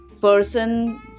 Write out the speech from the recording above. person